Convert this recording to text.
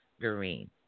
green